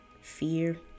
fear